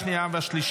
33 בעד, אין מתנגדים.